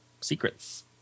secrets